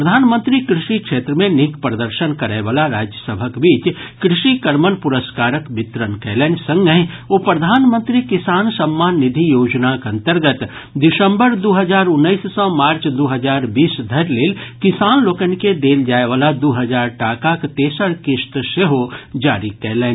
प्रधानमंत्री कृषि क्षेत्र मे नीक प्रदर्शन करयवला राज्य सभक बीच कृषि कर्मण पुरस्कारक वितरण कयलनि संगहि ओ प्रधानमंत्री किसान सम्मान निधि योजनाक अन्तर्गत दिसम्बर दू हजार उन्नैस सँ मार्च दू हजार बीस धरि लेल किसान लोकनि के देल जायवला दू हजार टाकाक तेसर किस्त सेहो जारी कयलनि